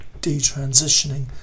detransitioning